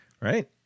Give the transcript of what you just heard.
right